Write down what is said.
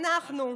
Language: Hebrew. אנחנו,